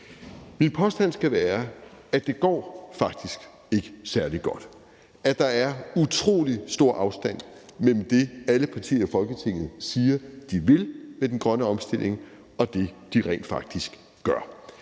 Min påstand skal være, at det faktisk ikke går særlig godt, og at der er utrolig stor afstand mellem det, alle partier i Folketinget siger de vil med den grønne omstilling, og det, de rent faktisk gør.